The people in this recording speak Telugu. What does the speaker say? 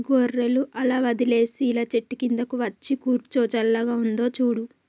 గొర్రెలు అలా వదిలేసి ఇలా చెట్టు కిందకు వచ్చి కూర్చో చల్లగా ఉందో చూడు